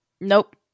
Nope